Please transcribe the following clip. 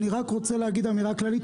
אני רק רוצה להגיד אמירה כללית.